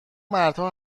مردها